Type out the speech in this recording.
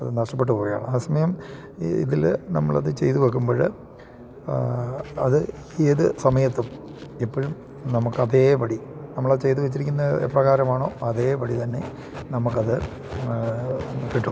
അത് നഷ്ടപ്പെട്ടു പോകുകയാണ് ആ സമയം ഈ ഇതിൽ നമ്മളത് ചെയ്തു വെക്കുമ്പോൾ അത് ഏതു സമയത്തും എപ്പോഴും നമുക്കതേപടി നമ്മളത് ചെയ്തു വെച്ചിരിക്കുന്ന പ്രകാരമാണോ അതേപടി തന്നെ നമുക്കത് കിട്ടും